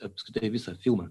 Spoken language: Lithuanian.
apskritai visą filmą